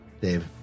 Dave